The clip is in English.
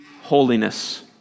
holiness